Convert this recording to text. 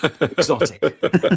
exotic